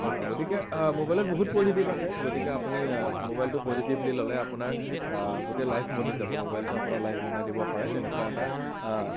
গতিকে মোবাইলৰ বহুত পজিটিভ আছে গতিকে আপুনি মোবাইলটো পজিটিভলি ল'লে আপোনাৰ গোটেই লাইফ বনি যাব মোবাইলটো আপোনাৰ লাইফ বনাই দিব পাৰে তেনেকুৱা এটা